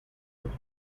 would